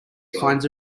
finds